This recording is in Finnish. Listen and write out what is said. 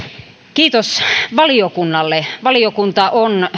kiitos valiokunnalle valiokunta on